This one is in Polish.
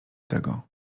tego